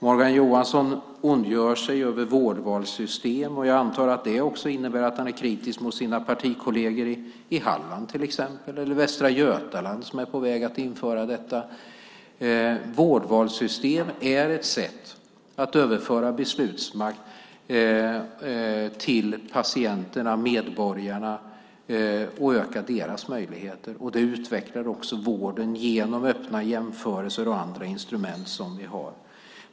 Morgan Johansson ondgör sig över vårdvalssystem. Jag antar att det också innebär att han är kritisk mot sina partikolleger i till exempel Halland och Västra Götaland som är på väg att införa detta. Vårdvalssystem är ett sätt att överföra beslutsmakt till patienterna, medborgarna, och öka deras möjligheter. Det utvecklar också vården genom öppna jämförelser och andra instrument som vi har.